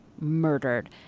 murdered